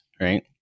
right